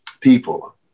People